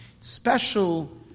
Special